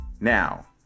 Now